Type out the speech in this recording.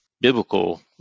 biblical